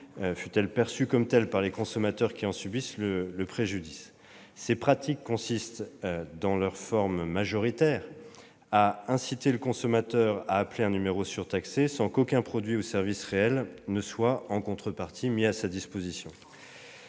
fussent-elles perçues comme telles par les consommateurs qui en subissent le préjudice. Ces pratiques consistent, dans leur forme majoritaire, à inciter le consommateur à appeler un numéro surtaxé, sans qu'aucun produit ou service réel soit, en contrepartie, mis à sa disposition.